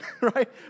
right